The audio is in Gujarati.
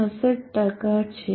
66 છે